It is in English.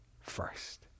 first